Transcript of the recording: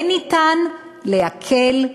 כן ניתן להקל,